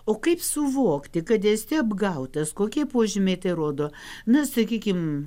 o kaip suvokti kad esi apgautas kokie požymiai tai rodo na sakykim